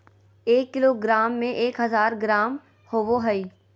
एक किलोग्राम में एक हजार ग्राम होबो हइ